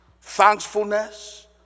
thankfulness